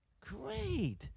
Great